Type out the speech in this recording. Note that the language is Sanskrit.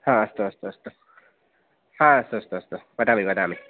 हा अस्तु अस्तु अस्तु हा अस्तु अस्तु अस्तु वदामि वदामि